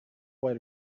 away